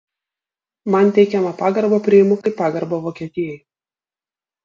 man teikiamą pagarbą priimu kaip pagarbą vokietijai